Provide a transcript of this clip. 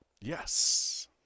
Yes